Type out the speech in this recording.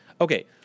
Okay